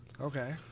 Okay